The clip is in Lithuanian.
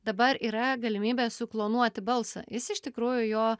dabar yra galimybė suplanuoti balsą jis iš tikrųjų jo